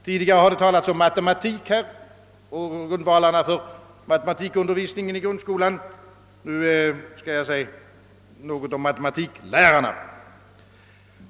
Tidigare har här talats om matematik; det gällde grundvalarna för matematikundervisningen i grundskolan. Nu skall jag säga något om matematiklärarna.